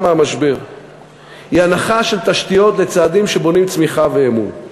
מהמשבר היא הנחה של תשתיות וצעדים שבונים צמיחה ואמון.